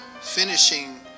finishing